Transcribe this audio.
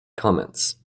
comments